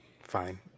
Fine